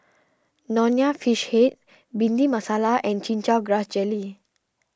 Nonya Fish Head Bhindi Masala and Chin Chow Grass Jelly